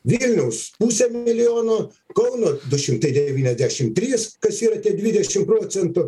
vilniaus pusė milijono kauno du šimtai devyniasdešim trys kas yra tie dvidešim procentų